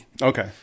Okay